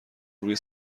روی